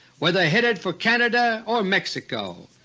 whether headed for canada or mexico.